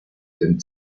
dem